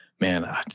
man